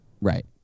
Right